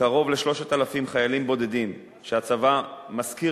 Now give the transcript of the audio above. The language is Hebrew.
קרוב ל-3,000 חיילים בודדים שהצבא משכיר